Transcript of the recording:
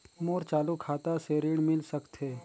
मोर चालू खाता से ऋण मिल सकथे?